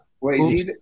Wait